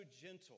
gentle